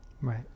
Right